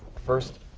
first